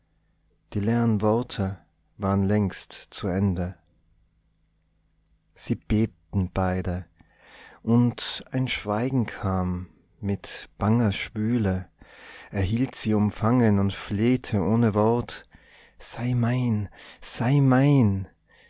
die leeren worte waren längst zu ende sie bebten beide und ein schweigen kam mit banger schwüle er hielt sie umfangen und flehte ohne wort sei mein sei mein